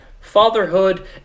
Fatherhood